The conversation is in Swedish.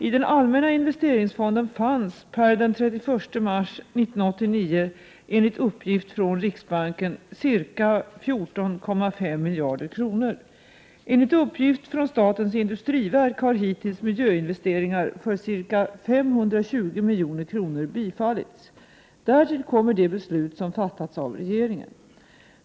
I den allmänna investeringsfonden fanns per den 31 mars 1989 enligt uppgift från riksbanken ca 14,5 miljarder kronor. Enligt uppgift från statens industriverk har hittills miljöinvesteringar för ca 520 milj.kr. bifallits. Därtill kommer de beslut som fattats av regeringen.